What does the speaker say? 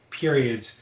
periods